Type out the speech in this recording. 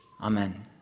Amen